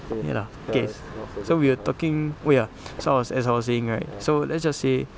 okay lah okay so we're talking wait ah so I was as I was saying right so let's just say